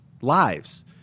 lives